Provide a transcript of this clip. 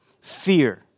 fear